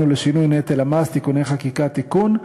ולשינוי נטל המס (תיקוני חקיקה) (תיקון),